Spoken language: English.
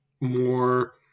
more